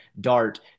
dart